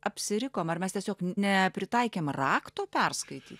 apsirikom ar mes tiesiog nepritaikėm rakto perskaityt